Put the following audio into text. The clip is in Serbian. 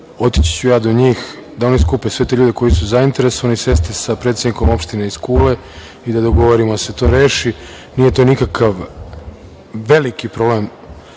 Otići ću ja do njih da oni skupe sve te ljude koji su zainteresovani, sesti sa predsednikom opštine iz Kule i da dogovorimo da se to reši. Nije to nikakav veliki problem,